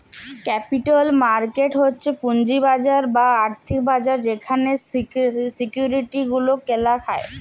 capital market হচ্ছ পুঁজির বাজার বা আর্থিক বাজার যেখালে সিকিউরিটি গুলা কেলা হ্যয়